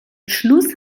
schluss